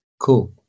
Cool